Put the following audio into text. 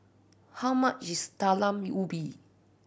how much is Talam Ubi